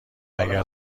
اگه